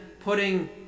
putting